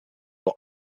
will